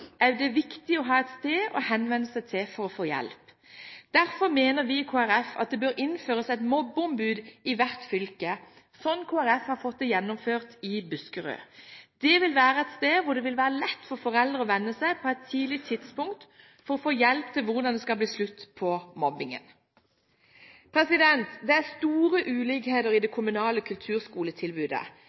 er det viktig å ha et sted å henvende seg til for å få hjelp. Derfor mener vi i Kristelig Folkeparti at det bør innføres et mobbeombud i hvert fylke, slik Kristelig Folkeparti har fått gjennomført i Buskerud. Det vil være et sted hvor det på et tidlig tidspunkt er lett for foreldre å henvende seg for å få hjelp til hvordan det skal bli slutt på mobbingen. Det er store ulikheter i det kommunale kulturskoletilbudet.